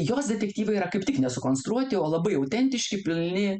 jos detektyvai yra kaip tik ne sukonstruoti o labai autentiški pilni